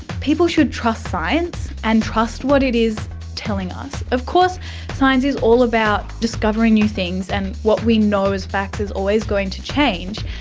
people should trust science and trust what it is telling us. of course science is all about discovering new things, and what we know as facts is always going to change.